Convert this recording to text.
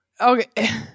Okay